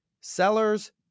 sellers